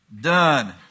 done